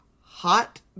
hot